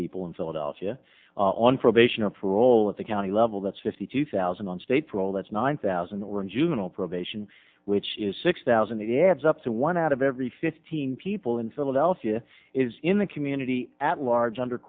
people in philadelphia on probation or parole at the county level that's fifty two thousand on state parole that's nine thousand that were in juvenile probation which is six thousand the adds up to one out of every fifteen people in philadelphia is in the community at large under